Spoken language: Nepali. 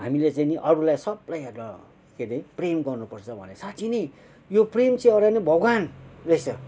हामीले चाहिँ नि अरूलाई सबलाई र के हरे प्रेम गर्नुपर्छ भने साँच्ची नै यो प्रेम चाहिँ अरू होइन भगवान् रहेछ